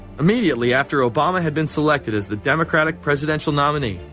immediately after obama had been selected as the democratic presidential nominee,